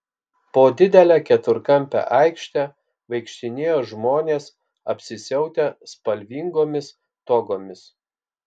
po didelę keturkampę aikštę vaikštinėjo žmonės apsisiautę spalvingomis togomis